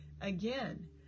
Again